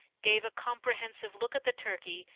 gave a comprehensive look at the turkey,